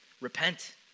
Repent